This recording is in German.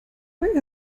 weil